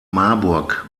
marburg